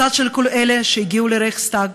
מצד כל אלה שהגיעו לרייכסטאג,